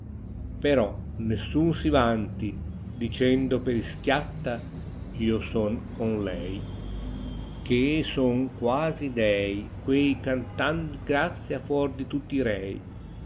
però nessun si vanti dicendo per ischiatta io son con lei che e son quasi dei quei e han tal grazia fuor di tutti i rei